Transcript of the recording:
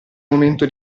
momento